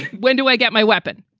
when do i get my weapon?